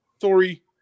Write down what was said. sorry